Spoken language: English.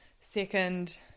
Second